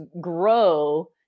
grow